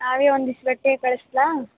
ನಾವೇ ಒಂದಿಷ್ಟು ಬಟ್ಟೆ ಕಳಿಸ್ಲಾ